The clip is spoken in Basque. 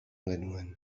genuen